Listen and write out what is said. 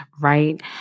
right